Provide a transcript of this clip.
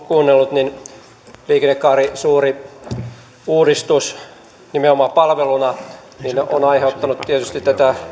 kuunnellut niin liikennekaari suuri uudistus nimenomaan palveluna on aiheuttanut tietysti